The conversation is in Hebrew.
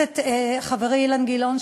חברי אילן גילאון,